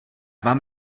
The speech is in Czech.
vám